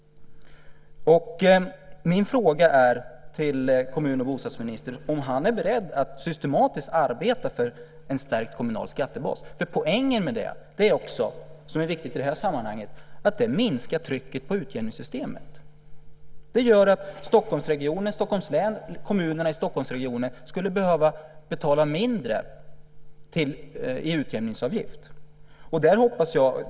Min fråga till kommun och bostadsministern är om han är beredd att systematiskt arbeta för en stärkt kommunal skattebas. Poängen med det är också - det är viktigt i det här sammanhanget - att det minskar trycket på utjämningssystemet. Det gör att Stockholmsregionen, Stockholms län och kommunerna i Stockholmsregionen, skulle behöva betala mindre i utjämningsavgift.